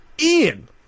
Ian